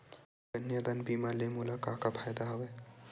कन्यादान बीमा ले मोला का का फ़ायदा हवय?